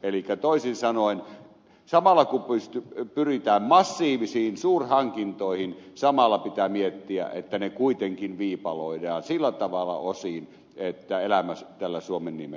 elikkä toisin sanoen samalla kun pyritään massiivisiin suurhankintoihin pitää miettiä että ne kuitenkin viipaloidaan sillä tavalla osiin että elämä tällä suomen nimi